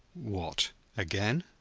what again?